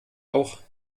auch